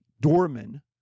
doorman